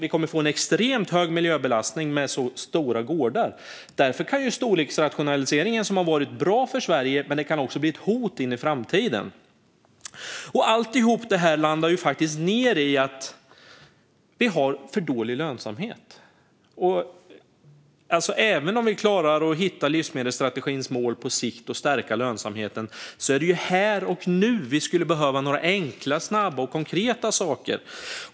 Vi kommer att få en extremt hög miljöbelastning med så stora gårdar. Därför kan storleksrationaliseringen, som har varit bra för Sverige, också bli ett hot inför framtiden. Allt detta landar i att vi har för dålig lönsamhet. Även om vi på sikt klarar att hitta livsmedelsstrategins mål och stärka lönsamheten skulle vi behöva några enkla, snabba och konkreta saker här och nu.